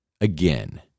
Again